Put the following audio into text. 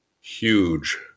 huge